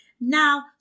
Now